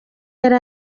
yari